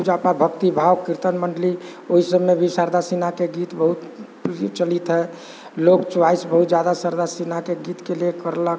पूजा पाठ भक्ति भाव कीर्तन मण्डली ओहि सबमे भी शारदा सिन्हाके गीत बहुत प्रचलित हइ लोक चुआइस बहुत ज्यादा शारदा सिन्हाके गीतके लिए करलक